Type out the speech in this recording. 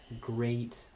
great